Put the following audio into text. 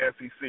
SEC